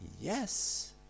Yes